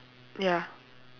ya